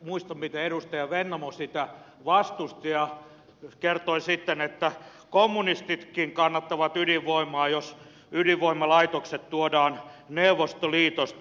muistan miten edustaja vennamo sitä vastusti ja kertoi sitten että kommunistitkin kannattavat ydinvoimaa jos ydinvoimalaitokset tuodaan neuvostoliitosta